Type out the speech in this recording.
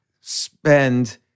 spend